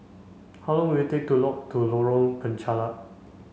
how long will it take to lock to Lorong Penchalak